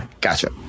Gotcha